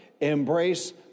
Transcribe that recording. Embrace